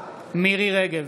מירי מרים רגב,